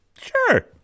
Sure